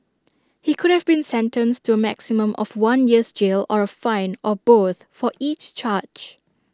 he could have been sentenced to A maximum of one year's jail or A fine or both for each charge